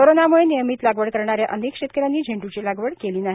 करोंनामुळे नियमित लागवड करणाया अनेक शेतकयांनी झेंड्ची लागवड केली नाही